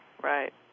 Right